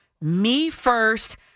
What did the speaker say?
me-first